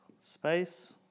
space